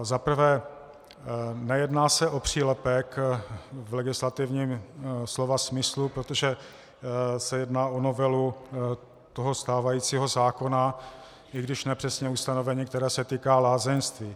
Za prvé, nejedná se o přílepek v legislativním slova smyslu, protože se jedná o novelu stávajícího zákona, i když nepřesně ustanovení, které se týká lázeňství.